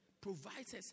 Provides